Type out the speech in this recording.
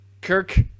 Kirk